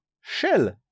shell